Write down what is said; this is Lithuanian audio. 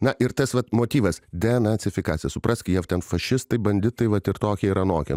na ir tas vat motyvas denacifikacija suprask jie ten fašistai banditai vat ir tokie ir anokie